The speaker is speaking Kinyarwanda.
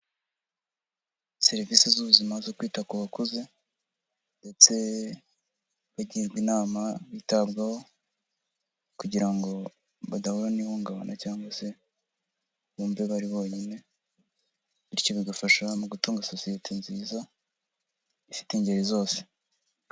Serivisi z'ubuzima zo kwita ku bakuze, ndetse bagirwa inama bitabwaho, kugira ngo badahura n'ihungabana cyangwa se bumve bari bonyine, bityo bigafasha mu gutuma sosiyete nziza, ifite ingeri zose.